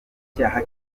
icyaha